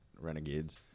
renegades